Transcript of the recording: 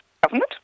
government